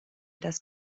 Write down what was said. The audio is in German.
das